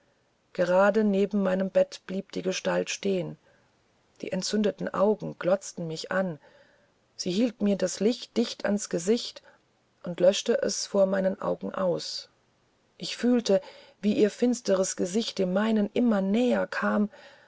gerade neben meinem bette blieb die gestalt stehen die entzündeten augen glotzten mich an sie hielt mir das licht dicht ans gesicht und löschte es vor meinen augen aus ich fühlte wie ihr finsteres gesicht dem meinen immer näher kam